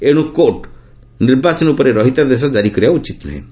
ଏଣୁ କୋର୍ଟ୍ ନିର୍ବାଚନ ଉପରେ ରହିତାଦେଶ ଜାରି କରିବା ଉଚିତ୍ ନୂହେଁ